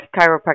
Chiropractic